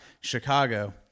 Chicago